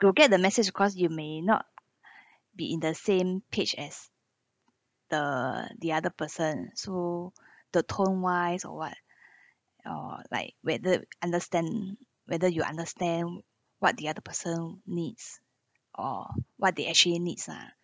you get the message across you may not be in the same page as the the other person so the tone wise or what or like whether understand whether you understand what the other person needs or what they actually needs are